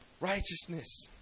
Righteousness